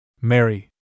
Mary